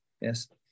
yes